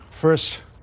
First